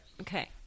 Okay